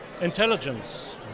Intelligence